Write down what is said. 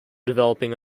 developing